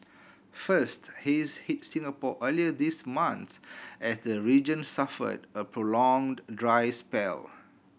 first haze hit Singapore earlier this month as the region suffered a prolonged dry spell